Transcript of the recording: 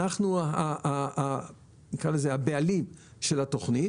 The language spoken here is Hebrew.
אנחנו הבעלים של התוכנית,